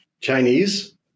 Chinese